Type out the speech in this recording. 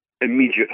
immediate